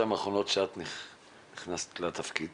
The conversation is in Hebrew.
שבשנתיים האחרונות מאז נכנסת לתפקיד